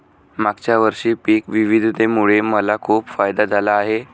मागच्या वर्षी पिक विविधतेमुळे मला खूप फायदा झाला आहे